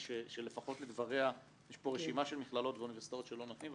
שלפחות לדבריה יש פה רשימה של מכללות ואוניברסיטאות שלא נותנים,